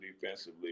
defensively